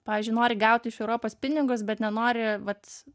pavyzdžiui nori gauti iš europos pinigus bet nenori vat